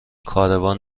کاروان